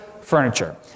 Furniture